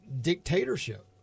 dictatorship